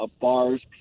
bars